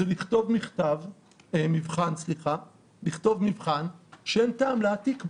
זה לכתוב מבחן שאין טעם להעתיק בו.